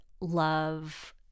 love